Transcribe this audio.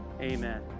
amen